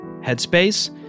headspace